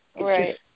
Right